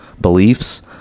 beliefs